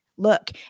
Look